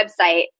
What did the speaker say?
website